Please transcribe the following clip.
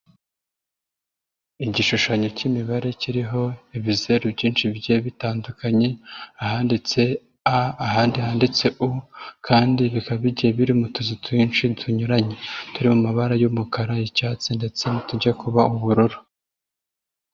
Igishushanyo k'imibare kiriho ibizeru byinshi bigiye bitandukanye ahanditse A ahandi handitse U kandi bikaba bigiye biri mu tuzu twinshi tunyuranye turi mu mabara y'umukara, icyatsi ndetse n 'utujya kuba ubururu.